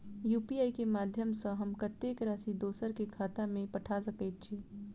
UPI केँ माध्यम सँ हम कत्तेक राशि दोसर केँ खाता मे पठा सकैत छी?